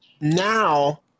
now